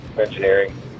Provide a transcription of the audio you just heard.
Engineering